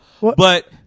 but-